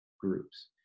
groups